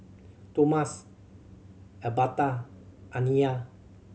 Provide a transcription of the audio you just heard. Tomas Elberta Amiya